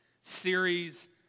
series